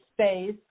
space